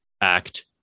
act